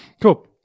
cool